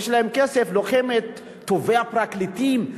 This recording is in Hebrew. יש להם כסף והם לוקחים את טובי הפרקליטים,